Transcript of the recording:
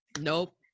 nope